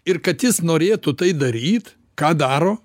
ir kad jis norėtų tai daryt ką daro